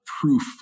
proof